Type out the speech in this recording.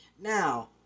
Now